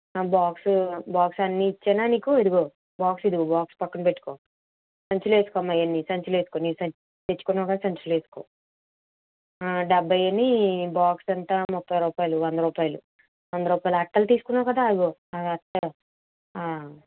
ఆ box box అన్ని ఇచ్చానా నీకు ఇదిగో బాక్స్ ఇదిగో బాక్స్ పక్కన పెట్టుకో సంచులో వేసుకో అమ్మ ఇవన్నీ సంచులో వేసుకో నీ సంచి తెచ్చుకున్నావు కదా సంచులో వేసుకో డెబ్బైని బాక్స్ ఎంత ముప్పై రూపాయలు వంద రూపాయలు వంద రూపాయల అట్టలు తీసుకునావు కదా ఇదిగో అట్ట